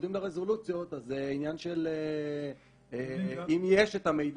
כשיורדים לרזולוציות זה עניין של אם יש את המידע.